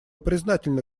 признательны